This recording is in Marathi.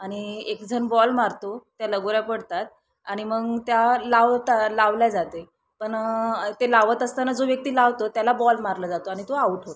आणि एक जण बॉल मारतो त्या लगोऱ्या पडतात आणि मग त्या लावतात लावल्या जाते पण ते लावत असताना जो व्यक्ती लावतो त्याला बॉल मारला जातो आणि तो आऊट होतो